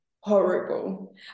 horrible